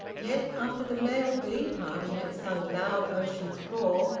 yet after the male glee party had sung loud ocean's roar,